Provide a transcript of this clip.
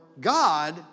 God